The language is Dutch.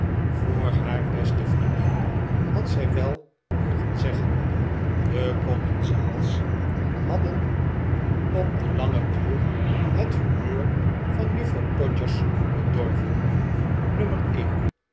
voor haar beste vriendin had zij wel mogen zeggen de commensaals hadden op den lahgen duur het humeurvan juffrouw todgers bedorven